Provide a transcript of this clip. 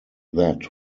that